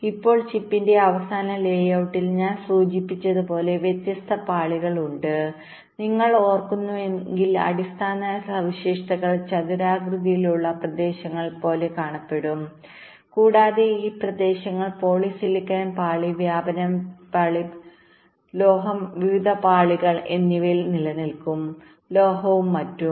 ഇപ്പോൾ ചിപ്പിന്റെ അവസാന ലേഔ ട്ടിൽ ഞാൻ സൂചിപ്പിച്ചതുപോലെ വ്യത്യസ്ത പാളികൾ ഉണ്ട് നിങ്ങൾ ഓർക്കുന്നുവെങ്കിൽ അടിസ്ഥാന സവിശേഷതകൾ ചതുരാകൃതിയിലുള്ള പ്രദേശങ്ങൾ പോലെ കാണപ്പെടും കൂടാതെ ഈ പ്രദേശങ്ങൾ പോളിസിലിക്കൺ പാളി വ്യാപനം പാളി ലോഹം വിവിധ പാളികൾpolysilicon layer diffusion layer metal various layers of metalഎന്നിവയിൽ നിലനിൽക്കാം ലോഹവും മറ്റും